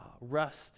rest